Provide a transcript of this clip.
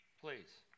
Please